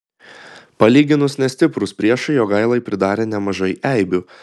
palyginus nestiprūs priešai jogailai pridarė nemažai eibių